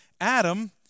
Adam